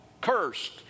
Cursed